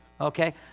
Okay